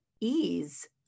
ease